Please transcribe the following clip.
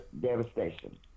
devastation